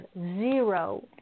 zero